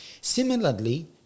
Similarly